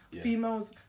females